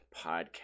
podcast